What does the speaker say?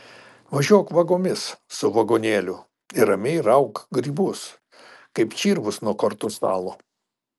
važiuok vagomis su vagonėliu ir ramiai rauk grybus kaip čirvus nuo kortų stalo